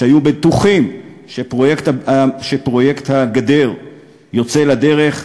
שהיו בטוחים שפרויקט הגדר יוצא לדרך,